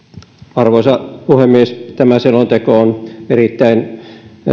arvoisa puhemies tämä selonteko on erittäin